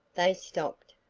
they stopped,